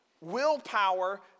willpower